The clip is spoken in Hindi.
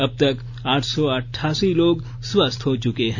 अब तक आठ सौ अठासी लोग स्वस्थ हो चुके हैं